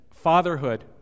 fatherhood